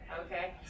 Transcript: Okay